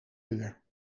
uur